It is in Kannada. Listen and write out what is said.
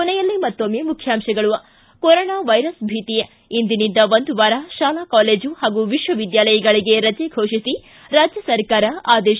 ಕೊನೆಯಲ್ಲಿ ಮತ್ತೊಮ್ಮೆ ಮುಖ್ಯಾಂಶಗಳು ಿ ಕೊರೋನಾ ವೈರಸ್ ಭೀತಿ ಇಂದಿನಿಂದ ಒಂದು ವಾರ ಶಾಲಾ ಕಾಲೇಜು ಹಾಗೂ ವಿಶ್ವವಿದ್ಯಾಲಯಗಳಿಗೆ ರಜೆ ಘೋಷಿಸಿ ರಾಜ್ಯ ಸರ್ಕಾರ ಆದೇಶ